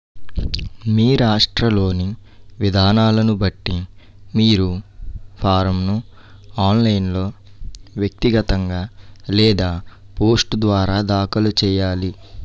మీ రాష్ట్రలోని విధానాలను బట్టి మీరు ఫారంను ఆన్లైన్లో వ్యక్తిగతంగా లేదా పోస్టు ద్వారా దాఖలు చెయ్యాలి